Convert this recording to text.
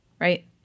right